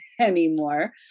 anymore